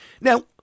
Now